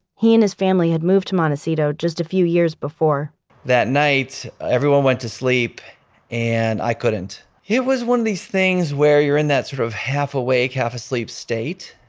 he and his family had moved to montecito just a few years before that night everyone went to sleep and i couldn't. it was one of these things where you're in that sort of half awake half asleep state.